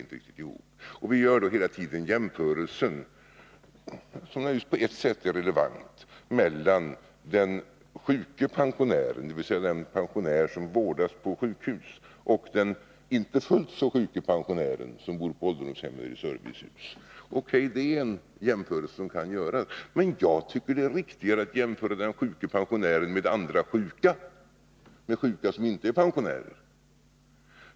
Man gör i det här sammanhanget jämförelsen, som naturligtvis på ett sätt är relevant, mellan den sjuke pensionären, dvs. den pensionär som vårdas på sjukhus, och den inte fullt så sjuke pensionären, som bor på ålderdomshem eller i servicehus. Det är en jämförelse som kan göras, men jag tycker att det är riktigare att jämföra den sjuke pensionären med sjuka som inte är pensionärer.